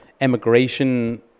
emigration